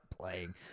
playing